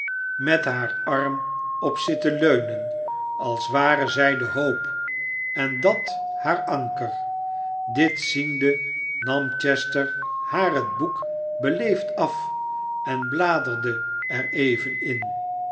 met haar arm op zitten leunen als ware zij de hoop en dat haar anker dit ziende nam chester haar het boek beleefd af en bladerde er even in